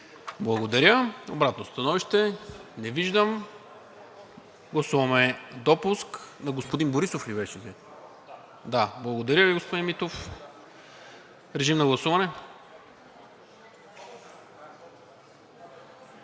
Благодаря. Обратно становище? Не виждам. Гласуваме допуск на господин Борисов ли беше? Благодаря Ви, господин Митов. Гласували